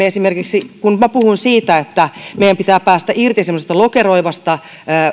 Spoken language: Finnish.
esimerkiksi kun minä puhun siitä että meidän pitää päästä irti semmoisesta lokeroivasta